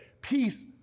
peace